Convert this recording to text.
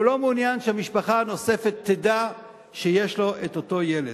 והוא לא מעוניין שהמשפחה הנוספת תדע שיש לו את אותו ילד.